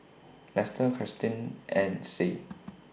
Lester Kirsten and Sie